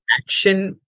action